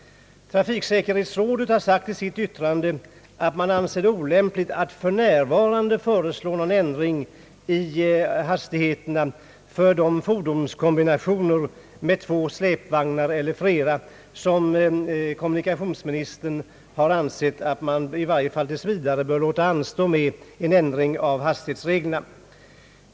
Trafiksäkerhetsrådet anför i sitt yttrande, att man anser det olämpligt att för närvarande föreslå någon ändring i hastigheterna för fordonskombinationer med två släpvagnar eller fler. Kommunikationsministern har för sin del ansett att man i varje fall tills vidare bör låta anstå med en ändring av hastighetsreglerna.